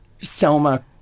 Selma